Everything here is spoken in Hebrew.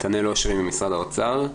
נתנאל אשרי ממשרד האוצר.